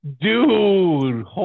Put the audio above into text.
Dude